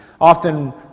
Often